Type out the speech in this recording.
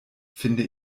finde